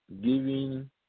giving